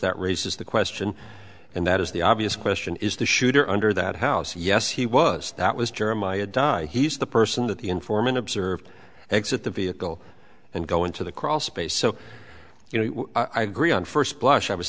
that raises the question and that is the obvious question is the shooter under that house yes he was that was jeremiah di he's the person that the informant observed exit the vehicle and go into the crawl space so you know i agree on first blush i was